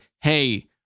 hey